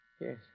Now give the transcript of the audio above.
Yes